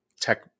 tech